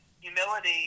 Humility